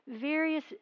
various